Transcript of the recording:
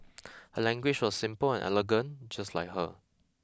her language was simple and elegant just like her